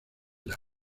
las